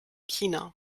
china